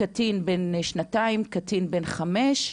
קטין בן שנתיים וקטין בן חמש,